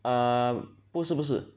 err 不是不是